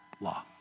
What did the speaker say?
law